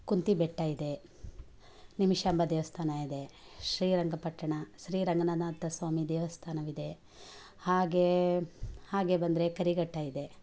ಕುಂತಿ ಬೆಟ್ಟ ಇದೆ ನಿಮಿಷಾಂಬ ದೇವಸ್ಥಾನ ಇದೆ ಶ್ರೀರಂಗಪಟ್ಟಣ ಶ್ರೀ ರಂಗನಾಥ ಸ್ವಾಮಿ ದೇವಸ್ಥಾನವಿದೆ ಹಾಗೆ ಹಾಗೆ ಬಂದರೆ ಕರಿಘಟ್ಟ ಇದೆ